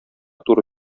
туры